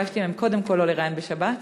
וביקשתי מהם קודם כול לא לראיין בשבת,